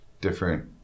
different